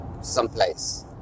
someplace